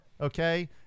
Okay